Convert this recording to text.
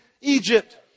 Egypt